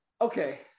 Okay